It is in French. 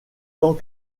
tant